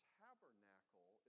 tabernacle